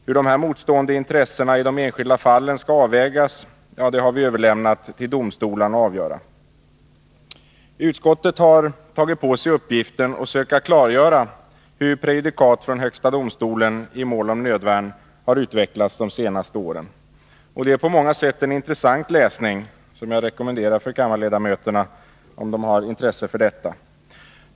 Hur dessa motstående intressen i de enskilda fallen skall avvägas har vi överlämnat till domstolarna att avgöra. Utskottet har tagit på sig uppgiften att söka klargöra hur prejudikat från högsta domstolen i mål om nödvärn har utvecklats de senaste åren. Det är på många sätt en intressant läsning, som jag kan rekommendera till kammarledamöterna, om de har intresse för detta.